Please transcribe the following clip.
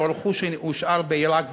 או הרכוש שהושאר בעיראק,